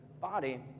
body